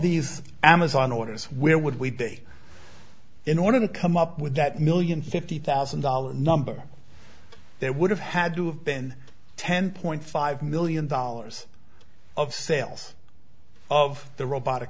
these amazon orders where would we day in order to come up with that million fifty thousand dollars number they would have had to have been ten point five million dollars of sales of the robotic